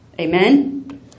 Amen